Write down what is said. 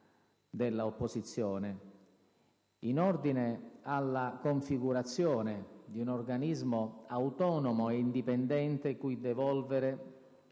dell'opposizione in ordine alla configurazione di un organismo autonomo e indipendente cui devolvere